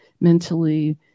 mentally